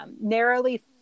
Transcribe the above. narrowly